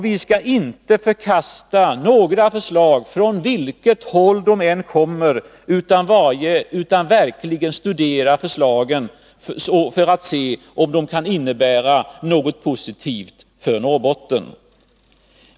Vi skall inte förkasta några förslag, från vilket håll de än kommer, utan verkligen studera förslagen för att se om de kan innebära något positivt för Norrbotten.